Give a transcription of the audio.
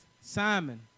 Simon